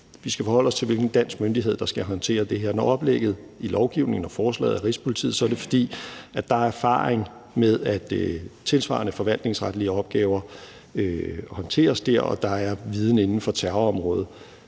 Vi skal forholde os til, hvilken dansk myndighed der skal håndtere det her. Når oplægget i lovgivningen og forslaget er Rigspolitiet, er det, fordi der er erfaring med, at tilsvarende forvaltningsretslige opgaver håndteres der og der er viden inden for terrorområdet.